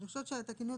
אז אני חושבת שהתקנות,